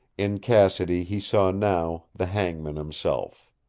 in cassidy he saw now the hangman himself.